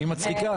היא מצחיקה.